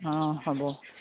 অঁ হ'ব